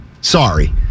Sorry